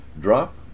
Drop